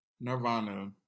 Nirvana